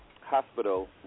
hospital